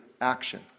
action